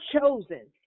chosen